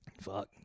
Fuck